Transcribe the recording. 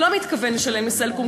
לא מתכוון לשלם ל"סלקום",